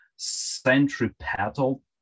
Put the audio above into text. centripetal